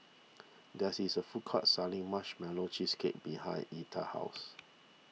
there's is a food court selling Marshmallow Cheesecake behind Etta's house